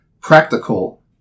practical